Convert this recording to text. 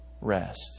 rest